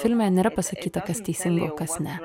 filme nėra pasakyta kas teisinga o kas ne